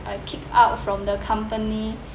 kick out from the company